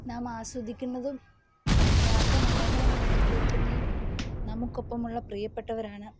നാം ആസ്വദിക്കുന്നതും യാത്ര മനോഹരമാക്കി തീര്ക്കുന്നതും നമുക്കൊപ്പമുള്ള പ്രിയപ്പെട്ടവരാണ്